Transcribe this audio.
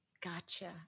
Gotcha